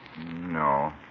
No